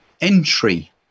entry